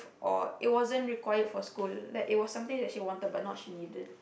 or it wasn't required for school like it was something she wanted but not she needed